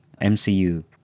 MCU